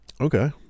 Okay